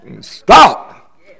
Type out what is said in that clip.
Stop